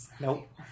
Nope